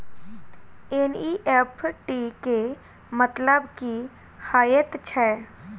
NEFT केँ मतलब की हएत छै?